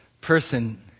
person